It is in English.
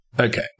Okay